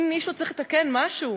אם מישהו צריך לתקן משהו,